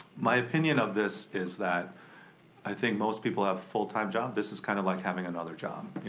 my opinion of this is that i think most people have a full time job. this is kinda like having another job,